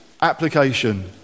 application